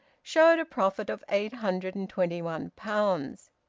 showed a profit of eight hundred and twenty one pounds.